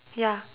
ya